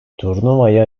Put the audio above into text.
turnuvaya